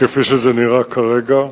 כפי שזה נראה כרגע.